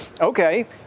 okay